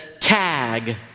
tag